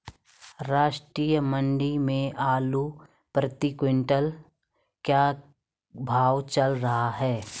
राष्ट्रीय मंडी में आलू प्रति कुन्तल का क्या भाव चल रहा है?